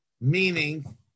meaning